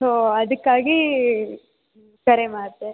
so ಅದಕ್ಕಾಗಿ ಕರೆ ಮಾಡಿದೆ